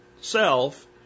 self